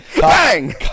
Bang